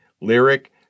Lyric